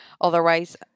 otherwise